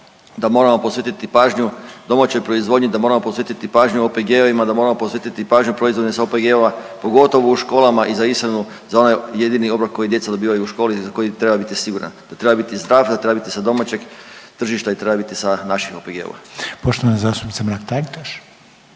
da moramo posvetiti pažnju domaćoj proizvodnji, da moramo posvetiti pažnju OPG-ovima, da moramo posvetiti pažnju proizvodima sa OPG-ova pogotovo u školama i za ishranu za onaj jedini obrok koji djeca dobivaju u školi i za koji treba biti siguran. Da treba biti zdrav, da treba biti sa domaćeg tržišta i treba biti sa naših OPG-ova. **Reiner,